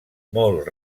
molt